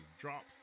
drops